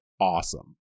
awesome